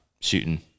shooting